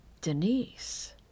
Denise